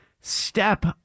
step